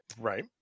Right